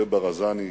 משה ברזני,